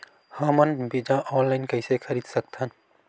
हमन बीजा ऑनलाइन कइसे खरीद सकथन?